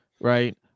right